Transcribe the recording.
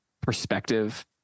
perspective